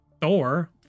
Thor